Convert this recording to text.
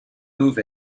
move